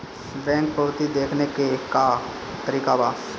Bank पवती देखने के का तरीका बा?